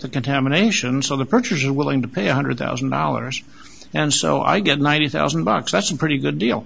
the contamination so the pictures are willing to pay one hundred thousand dollars and so i get ninety thousand bucks that's a pretty good deal